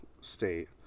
state